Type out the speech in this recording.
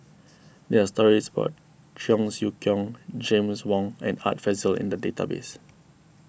there are stories about Cheong Siew Keong James Wong and Art Fazil in the database